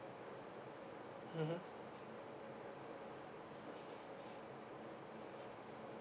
mmhmm